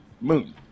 moon